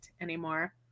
anymore